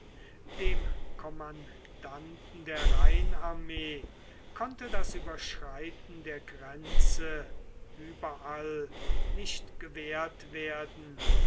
dem kommandanten der rheinarmee konnte das überschreiten der grenze überall nicht gewehrt werden